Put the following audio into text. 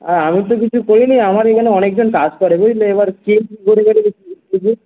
হ্যাঁ আমি তো কিছু করিনি আমার এখানে অনেকজন কাজ করে বুঝলেন এবার কে কী করেছে